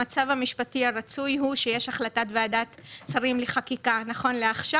המצב המשפטי הרצוי הוא שיש החלטת ועדת השרים לענייני חקיקה נכון לעכשיו.